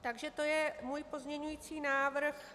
Takže to je můj pozměňovací návrh.